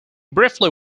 briefly